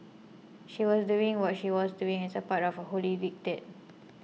she was doing what she was doing as a part of a holy diktat